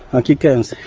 okay kids